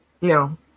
No